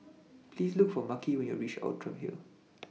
Please Look For Makhi when YOU REACH Outram Hill